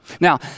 Now